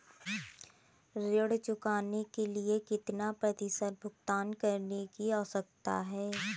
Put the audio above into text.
ऋण चुकाने के लिए कितना प्रतिशत भुगतान करने की आवश्यकता है?